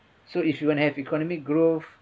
so if you want to have economic growth